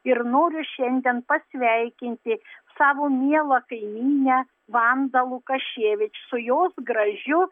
ir noriu šiandien pasveikinti savo mielą kaimynę vandą lukaševič su jos gražiu